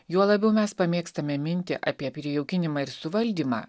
juo labiau mes pamėgstame mintį apie prijaukinimą ir suvaldymą